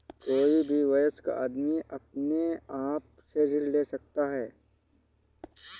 कोई भी वयस्क आदमी अपने आप से ऋण ले सकता है